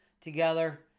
together